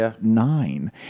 nine